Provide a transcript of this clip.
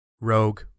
Rogue